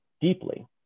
deeply